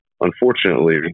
unfortunately